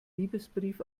liebesbrief